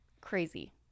crazy